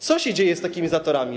Co się dzieje z takimi zatorami?